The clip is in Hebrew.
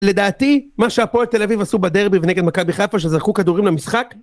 לדעתי, מה שהפועל תל אביב עשו בדרבי ונגד מכבי חיפה שזרקו כדורים למשחק.